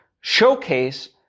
showcase